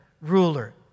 ruler